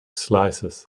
slices